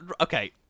Okay